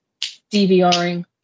dvring